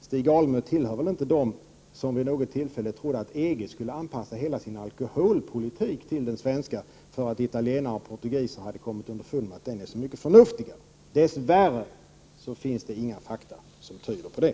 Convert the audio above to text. Stig Alemyr tillhör väl inte dem som vid något tillfälle trodde att EG skulle anpassa hela sin alkoholpolitik till den svenska för att italienare och portugiser hade kommit underfund med att den är så mycket förnuftigare. Dess värre finns det inga fakta som tyder på det.